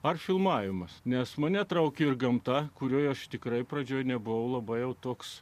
ar filmavimas nes mane traukė ir gamta kurioje aš tikrai pradžioje nebuvau labai jau toks